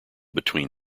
between